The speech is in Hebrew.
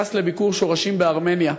טס לביקור שורשים בארמניה.